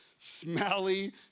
smelly